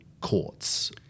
courts